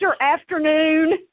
afternoon